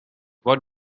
what